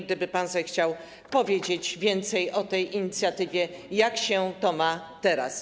Gdyby pan zechciał powiedzieć więcej o tej inicjatywie, jak ona wygląda teraz.